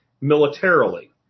militarily